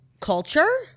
Culture